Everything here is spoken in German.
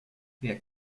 wer